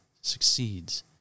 succeeds